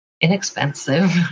inexpensive